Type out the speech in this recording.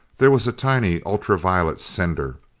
there was a tiny ultra-violet sender.